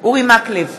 אורי מקלב,